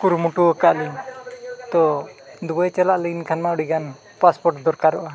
ᱠᱩᱨᱩᱢᱩᱴᱩ ᱟᱠᱟᱫ ᱟᱞᱤᱧ ᱛᱳ ᱫᱩᱵᱟᱭ ᱪᱟᱞᱟᱣ ᱞᱮᱱᱠᱷᱟᱱ ᱢᱟ ᱟᱹᱰᱤᱜᱟᱱ ᱫᱚᱨᱠᱟᱨᱚᱜᱼᱟ